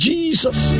Jesus